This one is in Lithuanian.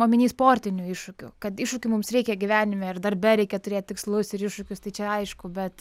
omeny sportinių iššūkių kad iššūkių mums reikia gyvenime ir darbe reikia turėt tikslus iššūkius tai čia aišku bet